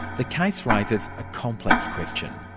the case raises a complex question.